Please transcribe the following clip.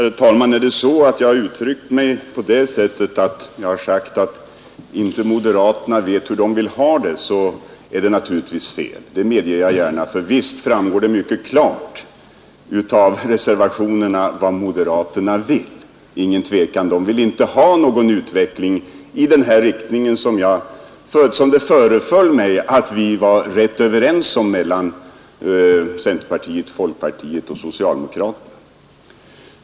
Herr talman! Om jag har uttryckt mig på det sättet att jag sagt att moderaterna inte vet hur de vill ha det är det naturligtvis fel, det medger jag gärna. Visst framgår det mycket klart av reservationerna vad moderaterna vill. De vill inte ha någon utveckling i den riktning som det föreföll mig att vi var överens med centerpartiet och folkpartiet om.